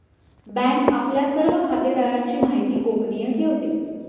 bank आपल्या सर्व खातेदारांची माहिती गोपनीय ठेवते